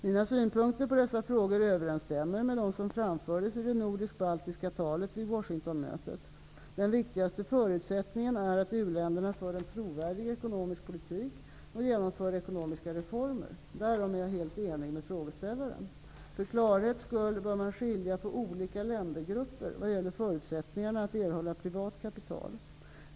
Mina synpunkter på dessa frågor överensstämmer med dem som framfördes i det nordiskt-baltiska talet vid Washingtonmötet. Den viktigaste förutsättningen är att u-länderna för en trovärdig ekonomisk politik och genomför ekonomiska reformer. Därom är jag helt enig med frågeställaren. För klarhets skull bör man skilja på olika ländergrupper vad gäller förutsättningarna att erhålla privat kapital.